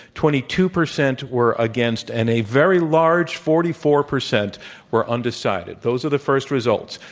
twenty two percent were against, and a very large forty four percent were undecided. those are the first results.